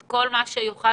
את כל מה שיוכל